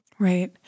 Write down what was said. Right